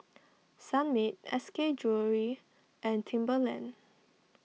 Sunmaid S K Jewellery and Timberland